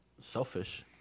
selfish